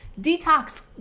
detox